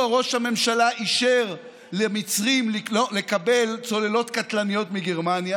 ראש הממשלה אישר למצרים לקבל צוללות קטלניות מגרמניה,